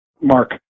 Mark